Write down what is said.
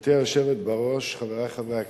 גברתי היושבת-ראש, חברי חברי הכנסת,